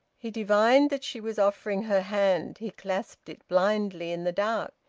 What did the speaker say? he divined that she was offering her hand. he clasped it blindly in the dark.